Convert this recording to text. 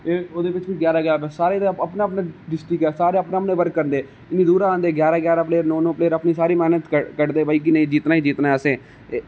ओहदे बिच बी ग्यारां ग्यारां सारे अपना अपना डिस्ट्रिक्ट सारे अपना अपना बर्क करदे ना इन्नी दूरा आंदे ग्यारां ग्यारां प्लेयर नौ नौ प्लेयर अपनी सारी मैहनत कढदे भाई कि नेई जित्तना ही जित्तना असें एह